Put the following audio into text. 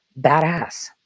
Badass